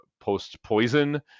post-poison